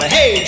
Hey